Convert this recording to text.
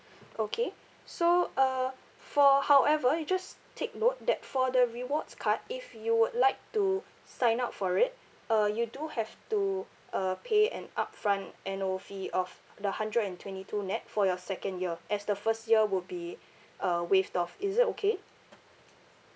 okay so uh for however you just take note that for the rewards card if you would like to sign up for it uh you do have to uh pay an upfront annual fee of the hundred and twenty two nett for your second year as the first year would be uh waived off is it okay